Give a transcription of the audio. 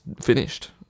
finished